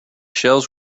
shelves